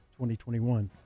2021